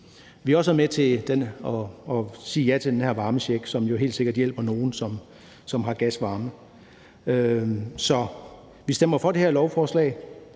Vi har også været med til at sige ja til den her varmecheck, som jo helt sikkert hjælper nogle, som har gasvarme. Så vi stemmer for det her lovforslag